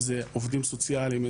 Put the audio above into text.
אם זה עובדים סוציאליים,